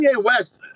West